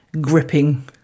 gripping